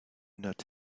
not